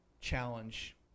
challenge